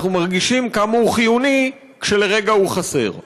אנחנו מרגישים כמה הוא חיוני כשלרגע הוא חסר.